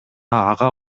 ага